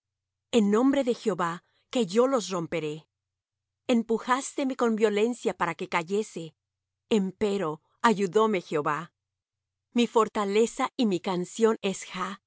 en nombre de jehová que yo los romperé empujásteme con violencia para que cayese empero ayudóme jehová mi fortaleza y mi canción es